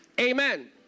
Amen